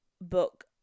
book